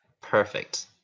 perfect